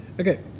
okay